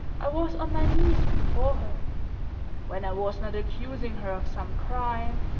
i was on my knees before her when i was not accusing her of some crime,